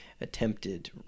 attempted